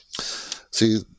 See